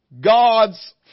God's